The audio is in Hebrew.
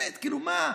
באמת, כאילו מה?